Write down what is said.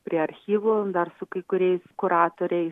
prie archyvų dar su kai kuriai kuratoriai